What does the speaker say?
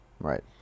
right